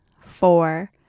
four